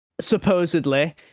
Supposedly